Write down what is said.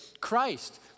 Christ